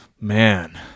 Man